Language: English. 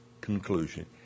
conclusion